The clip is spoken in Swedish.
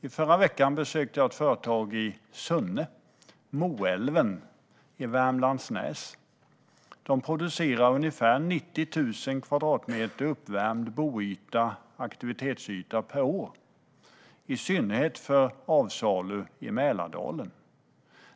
I förra veckan besökte jag ett företag i Sunne, Moelven Skog AB i Värmlandsnäs. De producerar ungefär 90 000 kvadratmeter uppvärmd boyta och aktivitetsyta per år i synnerhet för avsalu i Mälardalen.